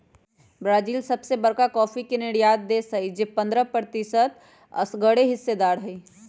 Brazil सबसे बरका coffee के निर्यातक देश हई जे पंडह प्रतिशत असगरेहिस्सेदार हई